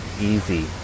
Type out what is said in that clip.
easy